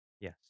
yes